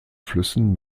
flüssen